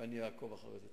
ואני אעקוב אחרי זה.